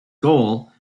goal